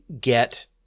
get